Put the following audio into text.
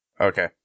Okay